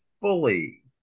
fully